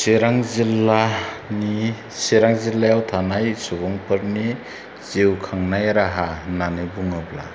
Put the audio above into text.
चिरां जिल्लानि चिरां जिल्लायाव थानाय सुबुंफोरनि जिउखांनाय राहा होन्नानै बुङोब्ला